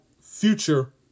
future